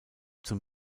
zum